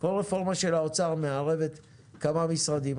כל רפורמה של האוצר מערבת כמה משרדים.